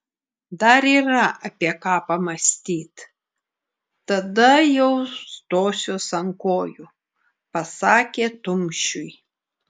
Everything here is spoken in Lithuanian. dar yra apie ką pamąstyt tada jau stosiuos ant kojų pasakė tumšiui